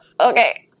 Okay